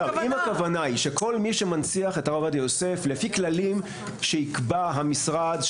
אם הכוונה היא שכל מי שמנציח את הרב עובדיה יוסף לפי כללים שיקבע המשרד,